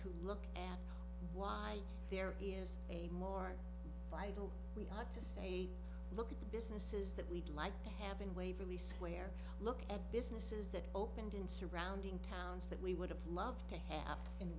to look at why there is a more vital we are to say look at the businesses that we'd like to have in waverly square look at businesses that opened in surrounding towns that we would have loved to have